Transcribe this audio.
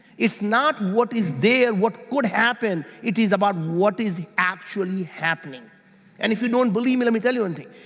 not what is there, what could happen, it is about what is actually happening and if you don't believe me, let me tell you one thing,